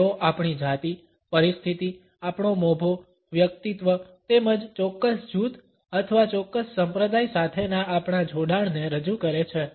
તેઓ આપણી જાતી પરિસ્થિતિ આપણો મોભો વ્યક્તિત્વ તેમજ ચોક્કસ જૂથ અથવા ચોક્કસ સંપ્રદાય સાથેના આપણા જોડાણને રજૂ કરે છે